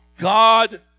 God